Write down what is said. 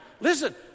Listen